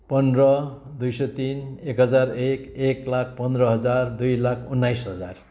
पन्ध्र दुई सौ तिन एक हजार एक एक लाख पन्र हजार दुई लाख उन्नाइस हजार